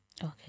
Okay